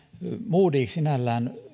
modig sinällään